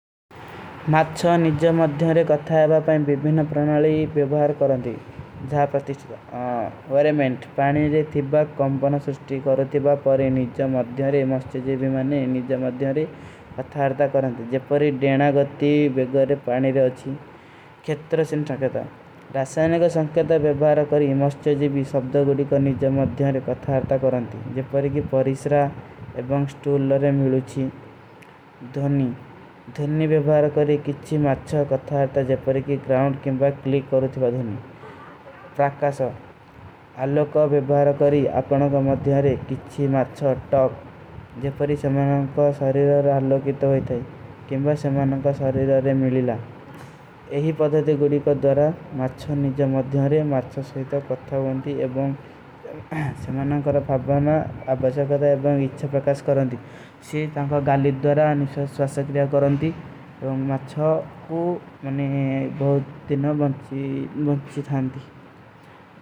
ମାଚ୍ଛା, ନିଜ୍ଜା ମଧ୍ଯାଂରେ କଥାଯାବା ପାଇଂ ଵିର୍ଭୀନ ପ୍ରଣାଲେ ଵିଵହାର କରାଂତେ। ଜାପାସ୍ତିଷ୍ଟ, ଵରେମେଂଟ, ପାନୀରେ ଥିବା କଂପନା ସୁଷ୍ଟୀ କରତୀବା ପାରେ ନିଜ୍ଜା ମଧ୍ଯାଂରେ, ମସ୍ଚୋଜୀଵୀ ମାନେ ନିଜ୍ଜା ମଧ୍ଯାଂରେ କଥାରତା କ ରା ତେ। ମାଚ୍ଛା, ନିଜ୍ଜା ମଧ୍ଯାଂରେ କଥାଯାବା ପାଇଂ ଵିର୍ଭୀନ ପ୍ରଣାଲେ ଵିଵହାର କରାତେ। ଜାପାସ୍ତିଷ୍ଟ, ଵରେମେଂଟ, ପାନୀରେ ଥିବା କଂପନା ସୁଷ୍ଟୀ କରାଂତେ। ମାଚ୍ଛା, ନିଜ୍ଜା ମଧ୍ଯାଂରେ କଥାଯାବା ପାରେ ନିଜ୍ଜା ମଧ୍ଯାଂରେ, ମାଚ୍ଛା କୋ ମନେ ବହୁତ ଦିନା ବନତୀ ଥାଂତୀ।